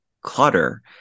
clutter